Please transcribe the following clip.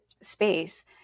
space